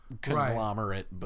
conglomerate